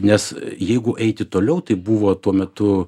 nes jeigu eiti toliau tai buvo tuo metu